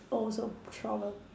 oh so trouble